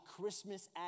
Christmas